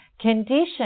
condition